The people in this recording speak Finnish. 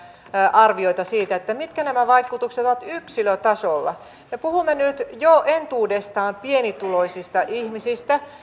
arvioita siitä mitkä nämä vaikutukset ovat yksilötasolla ja puhumme nyt jo entuudestaan pienituloisista ihmisistä